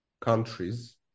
countries